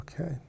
Okay